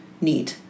need